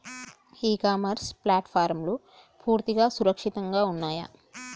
ఇ commerce ప్లాట్ఫారమ్లు పూర్తిగా సురక్షితంగా ఉన్నయా?